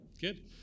Good